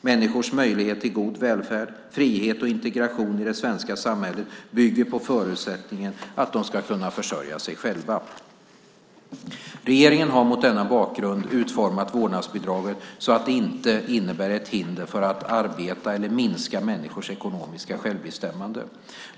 Människors möjlighet till god välfärd, frihet och integration i det svenska samhället bygger på förutsättningen att de ska kunna försörja sig själva. Regeringen har mot denna bakgrund utformat vårdnadsbidraget så att det inte innebär ett hinder för att arbeta eller minskar människors ekonomiska självbestämmande.